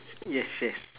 yes yes